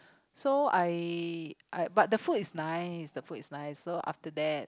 so I I but the food is nice the food is nice so after that